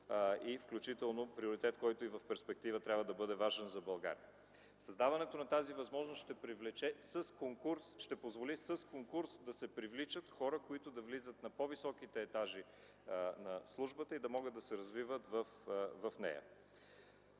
и включително приоритет, който и в перспектива трябва да бъде важен за България. Създаването на тази възможност ще позволи с конкурс да се привличат хора, които да влизат на по-високите етажи на службата и да могат да се развиват в нея.